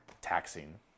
taxing